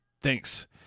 thanks